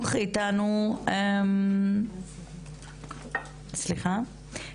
קודם כל, אני רוצה להגיד לכם תודה על השיתוף.